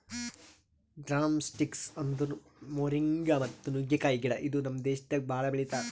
drumsticks ಅಂದುರ್ moringa ಮತ್ತ ನುಗ್ಗೆಕಾಯಿ ಗಿಡ ಇದು ನಮ್ ದೇಶದಾಗ್ ಭಾಳ ಬೆಳಿತಾರ್